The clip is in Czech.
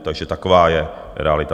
Takže taková je realita.